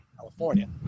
California